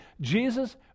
Jesus